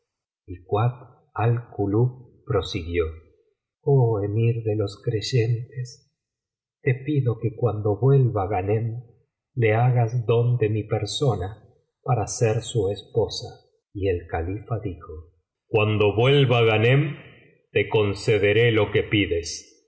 honores y kuat al kulub prosiguió oh emir de los creyentes te pido que cuando vuelva ghanem le hagas don de mi persona para ser su esposa y el califa dijo cuando vuelva ghanem te concederé lo que pides y